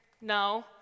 No